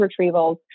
retrievals